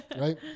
Right